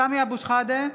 (קוראת בשמות חברי הכנסת) סמי אבו שחאדה,